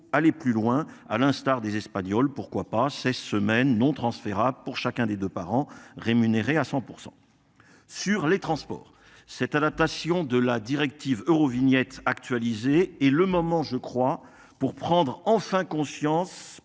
aller plus loin, à l'instar des espagnols. Pourquoi pas cette semaine non transférable pour chacun des 2 parents rémunéré à 100%. Sur les transports. Cette adaptation de la directive Eurovignette actualisées et le moment, je crois, pour prendre enfin conscience